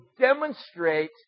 demonstrate